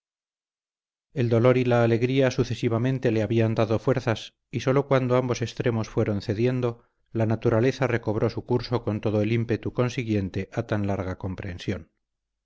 el dolor y la alegría sucesivamente le habían dado fuerzas y sólo cuando ambos extremos fueron cediendo la naturaleza recobró su curso con todo el ímpetu consiguiente a tan larga compresión